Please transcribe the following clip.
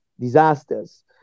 disasters